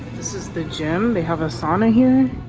this is the gym they have a sauna here